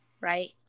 right